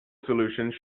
solutions